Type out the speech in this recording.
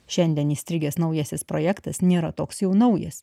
šiandien įstrigęs naujasis projektas nėra toks jau naujas